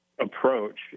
approach